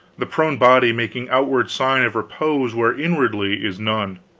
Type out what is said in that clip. the prone body making outward sign of repose where inwardly is none.